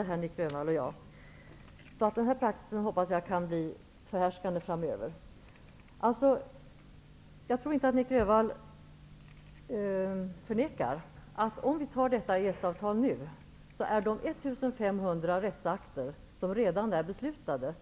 Jag hoppas att denna praxis skall bli den förhärskande framöver. Jag tror inte att Nic Grönvall vill förneka att om vi nu antar detta EES-avtal, så blir de 1 500 rättssatser som redan är beslutade